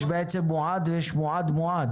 יש בעצם מועד ויש מועד-מועד.